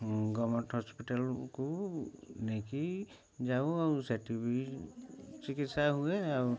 government ହସ୍ପିଟାଲ୍କୁ ନେଇକି ଯାଉ ଆଉ ସେଠି ବି ଚିକିତ୍ସା ହୁଏ ଆଉ